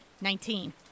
Nineteen